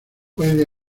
puede